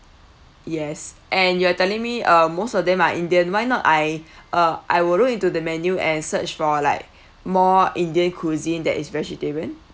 yes and you are telling me uh most of them are indian why not I uh I will look into the menu and search for like more indian cuisine that is vegetarian